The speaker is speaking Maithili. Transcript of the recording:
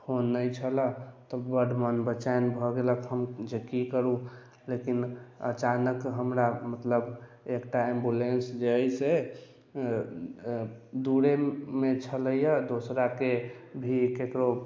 फोन नहि छलै तऽ बड मोन बेचैन भऽ गेल हम जे की करू लेकिन अचानक हमरा मतलब एकटा ऐम्ब्युलन्स जे है से दूर मे छलै दूसरा के भी केकरो